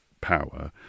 power